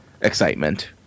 excitement